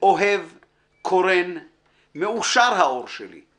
אוהב / קורן מאושר / האור שלי /